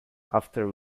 after